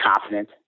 confident